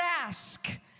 ask